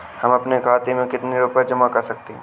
हम अपने खाते में कितनी रूपए जमा कर सकते हैं?